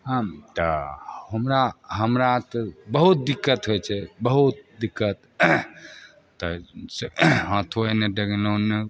हन तऽ हमरा हमरा तऽ बहुत दिक्कत होइ छै बहुत दिक्कत तऽ से हाथो इन्ने डेंगेलहुॅं उन्ने